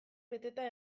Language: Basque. beteta